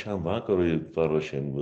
šiam vakarui paruošėm